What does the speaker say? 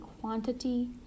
quantity